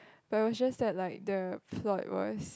but it was just that like the plot was